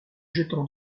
jetant